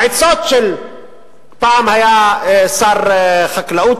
פעם היה שר חקלאות,